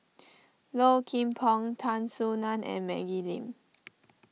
Low Kim Pong Tan Soo Nan and Maggie Lim